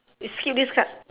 eh skip this card